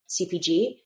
cpg